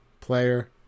player